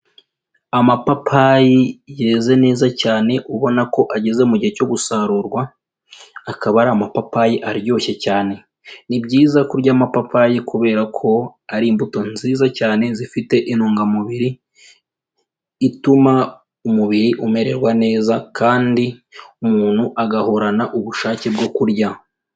Amapapayi yeze neza cyane ubona ko ageze mu gihe cyo gusarurwa, akaba ari amapapayi aryoshye cyane, ni byiza kurya amapapayi kubera ko ari imbuto nziza cyane zifite intungamubiri ituma umubiri umererwa neza kandi umuntu agahorana ubushake bwo kurya.